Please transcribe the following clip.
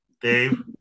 Dave